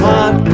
Hot